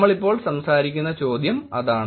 നമ്മൾ ഇപ്പോൾ സംസാരിക്കുന്ന ചോദ്യം അതാണ്